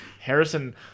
Harrison